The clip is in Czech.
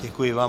Děkuji vám.